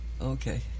okay